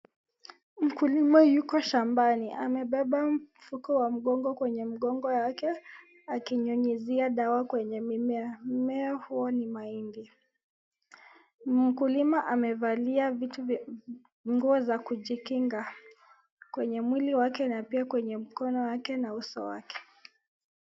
Mkulima yuko shambani amepepa mfugo wa mgogo kwenye mgogo wake akinyunyisia dawa kwenye mimea mimea huo ni mahindi, mkulima amevalia nguo cha kujikinga kwenye mwili wake na pa mkono wake na uso wake.